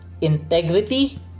Integrity